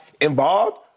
involved